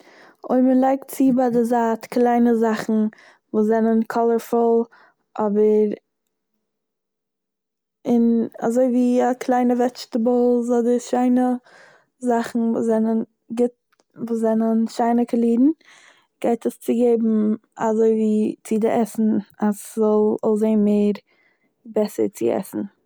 אויב מ'לייגט צו ביי די זייט קליינע זאכן וואס זענען קאלערפול אבער און- אזוי ווי קליינע וועטשטעבלס אדער שיינע זאכן וואס זענען גוט- וואס זענען שיינע קאלירן גייט עס צוגעבן אזוי ווי צו די עסן אז ס'זאל אויסזען מער בעסער צו עסן.